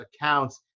accounts